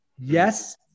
Yes